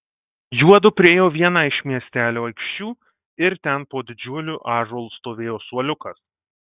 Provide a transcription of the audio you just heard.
juodu priėjo vieną iš miestelio aikščių ir ten po didžiuliu ąžuolu stovėjo suoliukas